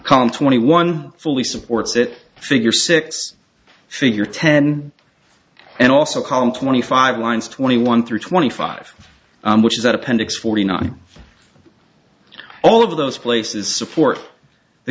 column twenty one fully supports that figure six figure ten and also column twenty five lines twenty one through twenty five which is at appendix forty nine all of those places support the